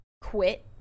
quit